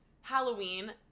Halloween